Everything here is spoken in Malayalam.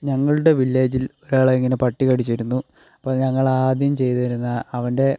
ഞങ്ങളുടെ വില്ലേജിൽ ഒരാളെ ഇങ്ങനെ പട്ടി കടിച്ചിരുന്നു അപ്പം ഞങ്ങൾ ആദ്യം ചെയ്തിരുന്നത് അവൻ്റെ